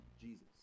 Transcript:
Jesus